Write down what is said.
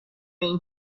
این